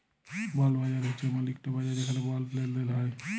বল্ড বাজার হছে এমল ইকট বাজার যেখালে বল্ড লেলদেল হ্যয়